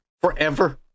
forever